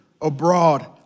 abroad